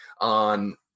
on